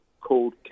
called